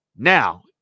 Now